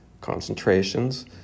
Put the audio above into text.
concentrations